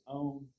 own